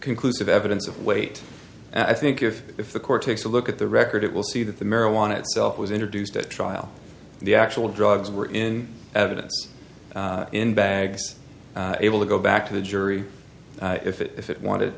conclusive evidence of weight and i think if if the court takes a look at the record it will see that the marijuana itself was introduced at trial the actual drugs were in evidence in bags able to go back to the jury if it if it wanted